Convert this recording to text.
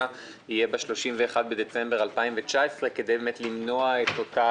יהיה ב-31 בדצמבר 2019 כדי למנוע את אותה